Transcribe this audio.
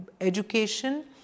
education